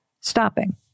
stopping